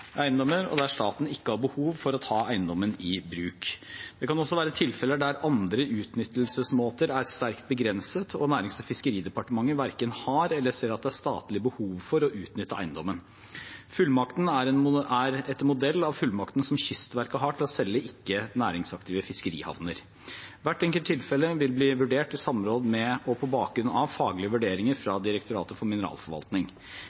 der staten ikke har behov for å ta eiendommen i bruk. Det kan også være tilfeller der andre utnyttelsesmåter er sterkt begrenset og Nærings- og fiskeridepartementet verken har eller ser at det er statlig behov for å utnytte eiendommen. Fullmakten er etter modell av fullmakten som Kystverket har til å selge ikke-næringsaktive fiskerihavner. Hvert enkelt tilfelle vil bli vurdert i samråd med og på bakgrunn av faglige vurderinger